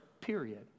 period